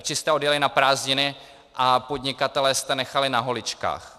Radši jste odjeli na prázdniny a podnikatele jste nechali na holičkách.